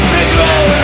regret